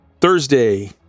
Thursday